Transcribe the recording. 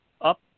up